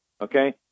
okay